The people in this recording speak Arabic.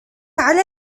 على